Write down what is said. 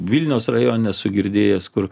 vilniaus rajone esu girdėjęs kur